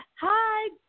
Hi